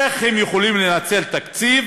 איך הם יכולים לנצל תקציב